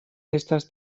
estas